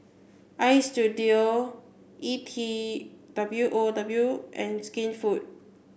Istudio E T W O W and Skinfood